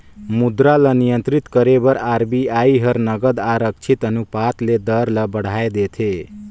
मुद्रा ल नियंत्रित करे बर आर.बी.आई हर नगद आरक्छित अनुपात ले दर ल बढ़ाए देथे